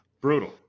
Brutal